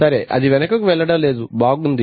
సరే అది వెనకకు వెళ్ళలేదు బాగుంది